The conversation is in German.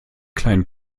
kleinen